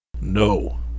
No